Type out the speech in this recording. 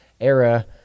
era